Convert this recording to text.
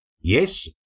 Yes